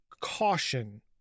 caution